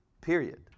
period